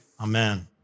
Amen